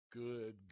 good